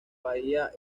bahía